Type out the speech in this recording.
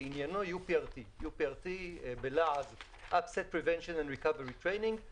שעניינו UPRT. UPRT - Upset Prevention and Recovery Training הוא